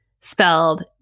spelled